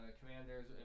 Commanders